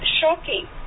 shocking